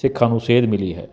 ਸਿੱਖਾਂ ਨੂੰ ਸੇਧ ਮਿਲੀ ਹੈ